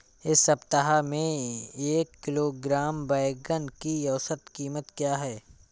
इस सप्ताह में एक किलोग्राम बैंगन की औसत क़ीमत क्या है?